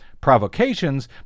provocations